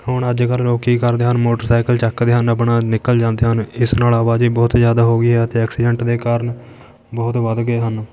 ਹੁਣ ਅੱਜ ਕੱਲ੍ਹ ਲੋਕ ਕੀ ਕਰਦੇ ਹਨ ਮੋਟਰਸਾਈਕਲ ਚੱਕਦੇ ਹਨ ਆਪਣਾ ਨਿਕਲ ਜਾਂਦੇ ਹਨ ਇਸ ਨਾਲ ਆਵਾਜਾਈ ਬਹੁਤ ਜ਼ਿਆਦਾ ਹੋ ਗਈ ਆ ਅਤੇ ਐਕਸੀਡੈਂਟ ਦੇ ਕਾਰਨ ਬਹੁਤ ਵੱਧ ਗਏ ਹਨ